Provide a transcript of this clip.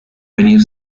venir